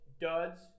duds